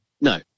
no